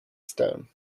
stone